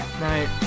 night